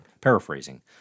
paraphrasing